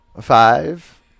Five